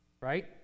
Right